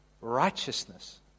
righteousness